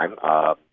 time